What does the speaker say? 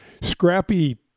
scrappy